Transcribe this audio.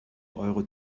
euro